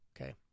Okay